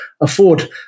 afford